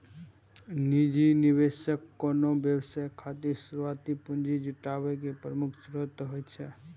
निजी निवेशक कोनो व्यवसाय खातिर शुरुआती पूंजी जुटाबै के प्रमुख स्रोत होइ छै